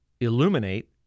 illuminate